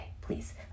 please